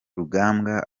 rugambwa